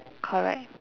correct